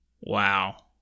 Wow